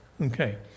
Okay